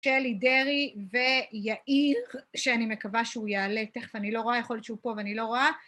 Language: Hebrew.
קלי דרעי ויאיר, שאני מקווה שהוא יעלה, תכף, אני לא רואה, יכול להיות שהוא פה ואני לא רואה